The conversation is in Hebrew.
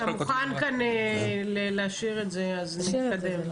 זה יסתדר.